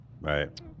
Right